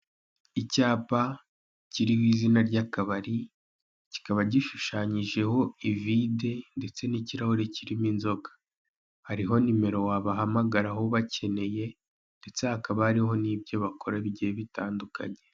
Icyapa kiriho izina ry'akabari, cyikaba gishushanyijeho ivide ndetse nikirahure kirimo inzoga, hariho nimero wabahamagaraho ubakeneye, ndetse hakaba hariho n'ibyo bakora bigiye bitandukanye.